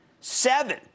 seven